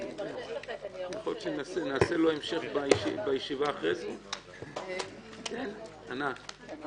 הישיבה ננעלה בשעה 11:01.